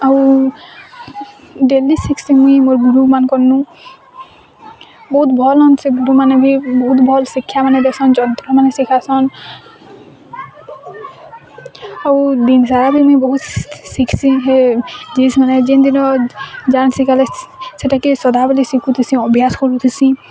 ଆଉ ଡ଼େଲି ଶିଖ୍ସିଁ ମୁଇଁ ମୋର୍ ଗୁରୁମାନଙ୍କରନୁ ବହୁତ୍ ଭଲ୍ସେ ଗୁରୁମାନେ ବି ବହୁତ୍ ଭଲ୍ ଶିକ୍ଷାମାନେ ଦେସନ୍ ଆଉ ଯନ୍ତ୍ରମାନେ ଶିଖାସନ୍ ସବୁ ଦି ଯାହା ବି ମୁଇଁ ବହୁତ୍ ଶିଖ୍ସିଁ ହେଁ ଜିସ୍ମାନେ ଯେଦିନ ଯାହା ଶିଖାଲେ ସେଟା କେ ସଦାବେଲେ ଶିଖୁଥିସି ଅଭ୍ୟାସ କରୁଥିସି